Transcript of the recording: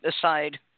aside